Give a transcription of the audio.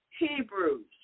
Hebrews